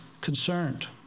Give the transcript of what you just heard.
concerned